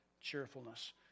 cheerfulness